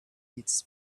eats